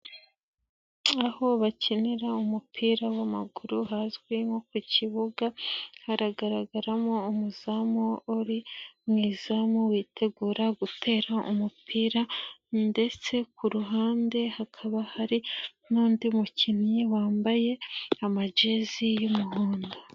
Aho bakinira umupira w'amaguru hazwi nko ku kibuga haragaragaramo umuzamu uri mu izamu witegura gutera umupira ndetse ku ruhande hakaba hari n'undi mukinnyi wambaye amajezi y'umuhondo.